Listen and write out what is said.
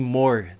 more